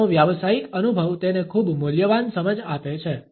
તેનો વ્યાવસાયિક અનુભવ તેને ખૂબ મૂલ્યવાન સમજ આપે છે